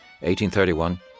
1831